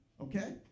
Okay